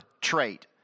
trait